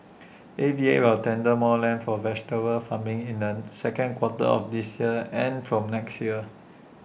A V A will tender more land for vegetable farming in the second quarter of this year and from next year